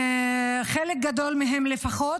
חלק גדול מהם לפחות,